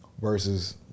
versus